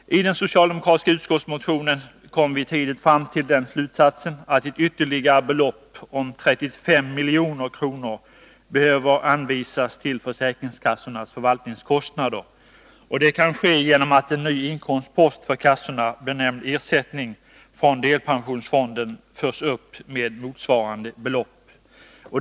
I den socialdemokratiska motionen kom vi fram till slutsatsen att ett ytterligare belopp på 35 milj.kr. behöver anvisas till försäkringskassornas förvaltningskostnader. Det kan ske genom att en ny inkomstpost för kassorna, benämnd Ersättning från delpensionsfonden, förs upp med motsvarande belopp.